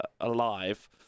alive